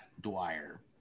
Dwyer